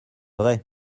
vrai